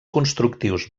constructius